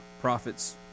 prophets